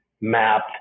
map